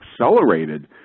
accelerated